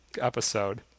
episode